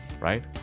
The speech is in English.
Right